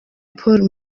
paul